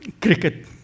cricket